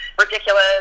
ridiculous